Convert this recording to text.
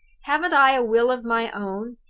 haven't i a will of my own?